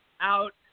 out